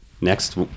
Next